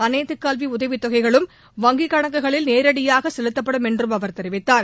அளைத்து கல்வி உதவி தொகைகளும் வங்கிக் கணக்குகளில் நேரடியாக செலுத்தப்படும் என்றும் அவர் கூறினார்